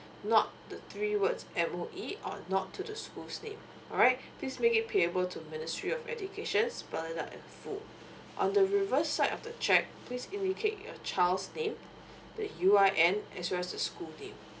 not the three words M_O_E or not to the school's name alright please make it payable to ministry of education spell out and full on the reverse side of the cheque please indicate your child's name the UIN as well as the school name